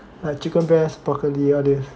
like chicken breast brocolli all these